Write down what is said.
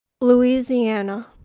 Louisiana